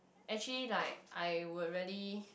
actually like I would really